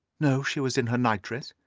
no, she was in her night-dress.